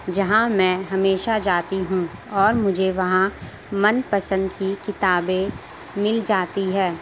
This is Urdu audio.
جہاں میں ہمیشہ جاتی ہوں اور مجھے وہاں من پسند کی کتابیں مل جاتی ہے